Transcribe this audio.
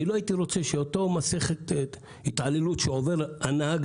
אני לא הייתי רוצה שאותה מסכת התעללות שעובר הנהג